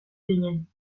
ginen